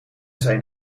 zijn